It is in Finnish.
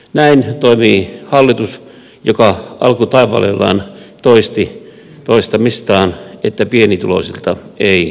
näin toimii hallitus joka alkutaipaleellaan toisti toistamistaan että pienituloisilta ei leikata